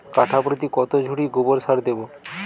কাঠাপ্রতি কত ঝুড়ি গোবর সার দেবো?